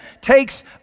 takes